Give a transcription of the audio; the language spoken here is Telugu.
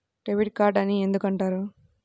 డెబిట్ కార్డు అని ఎందుకు అంటారు?